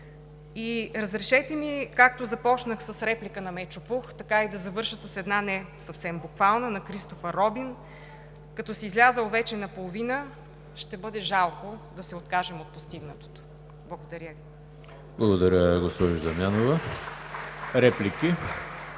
И разрешете ми, както започнах с реплика на Мечо Пух, така и да завърша с една, не съвсем буквално, на Кристофър Робин – като си излязъл вече наполовина, ще бъде жалко да се откажем от постигнатото. Благодаря Ви. (Ръкопляскания от ГЕРБ.)